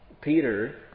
Peter